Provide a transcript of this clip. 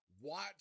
watch